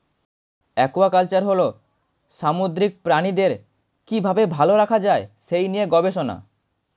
aquaculture হল সামুদ্রিক প্রাণীদের কি ভাবে ভালো রাখা যায় সেই নিয়ে গবেষণা